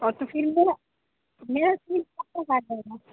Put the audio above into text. اور تو پھر میرا میرا سیمنٹ کب تک آجائے گا